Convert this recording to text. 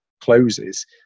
closes